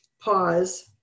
pause